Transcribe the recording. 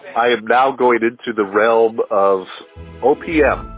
i am now going into the realm of opm,